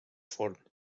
forn